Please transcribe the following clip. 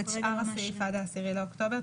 את שאר הסעיף, עד ה-10 באוקטובר.